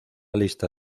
lista